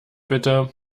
bitte